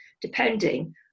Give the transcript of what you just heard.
depending